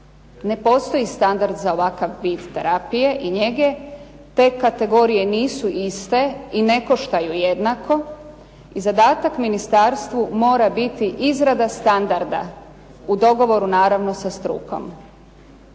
Ne postoji standard za ovakav vid terapije i njege. Te kategorije nisu iste i ne koštaju jednako. I zadatak ministarstvu mora biti izrada standarda u dogovoru naravno sa strukom.